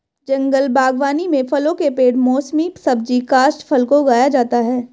जंगल बागवानी में फलों के पेड़ मौसमी सब्जी काष्ठफल को उगाया जाता है